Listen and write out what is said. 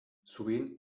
sovint